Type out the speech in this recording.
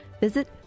Visit